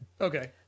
Okay